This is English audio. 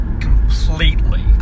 completely